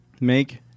Make